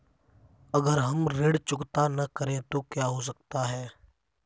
अगर हम ऋण चुकता न करें तो क्या हो सकता है?